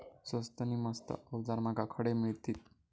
स्वस्त नी मस्त अवजारा माका खडे मिळतीत?